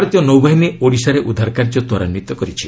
ଭାରତୀୟ ନୌବାହିନୀ ଓଡ଼ିଶାରେ ଉଦ୍ଧାର କାର୍ଯ୍ୟ ତ୍ୱରାନ୍ୱିତ କରିଛି